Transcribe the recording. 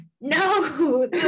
no